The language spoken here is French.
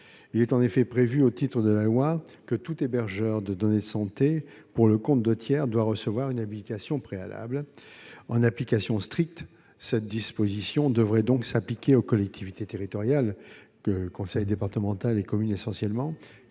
Il est en effet prévu, au titre de cette loi, que tout hébergeur de données de santé pour le compte de tiers doit recevoir une habilitation préalable. En application stricte, cette disposition devrait donc s'appliquer aux collectivités territoriales, essentiellement les conseils départementaux